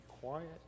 quiet